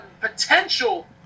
potential